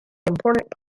important